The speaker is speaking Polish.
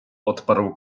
odparł